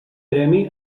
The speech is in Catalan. premi